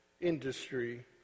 industry